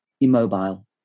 immobile